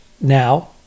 now